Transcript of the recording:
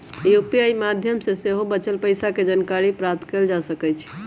UPI माध्यम से सेहो बचल पइसा के जानकारी प्राप्त कएल जा सकैछइ